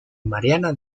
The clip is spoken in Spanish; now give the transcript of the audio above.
mariana